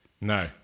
No